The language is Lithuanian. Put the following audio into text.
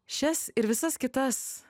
šias ir visas kitas